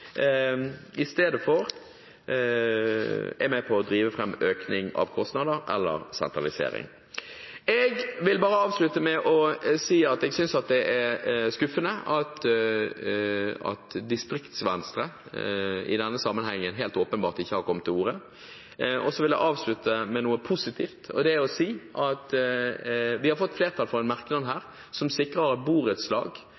i stedet for er med på å drive fram økte kostnader eller sentralisering. Jeg vil bare avslutte med å si at jeg synes at det er skuffende at Distrikts-Venstre i denne sammenhengen helt åpenbart ikke har kommet til orde. Så vil jeg avslutte med å si noe positivt, og det er at vi har fått flertall for en merknad